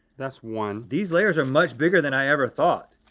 that's one. these layers are much bigger than i ever thought.